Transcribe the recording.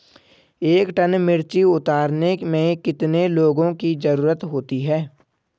एक टन मिर्ची उतारने में कितने लोगों की ज़रुरत होती है?